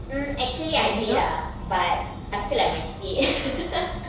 mm actually I did ah but I feel like my G_P_A